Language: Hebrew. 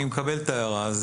אני מקבל את ההערה.